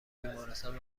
بیمارستان